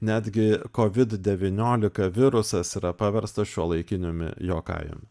netgi kovid devyniolika virusas yra paverstas šiuolaikiniumi jokajumi